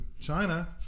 China